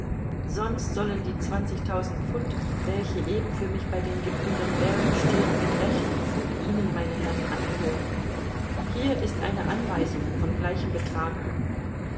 sonst sollen die zwanzigtausend pfund welche eben für mich bei den gebr baring stehen mit recht und fug ihnen meine herren angehören hier ist eine anweisung von gleichem betrage